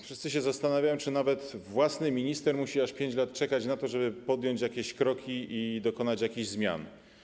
Wszyscy się zastanawiają, czy nawet własny minister musi aż 5 lat czekać na to, żeby podjąć jakieś kroki i dokonać jakichś zmian.